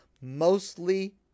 mostly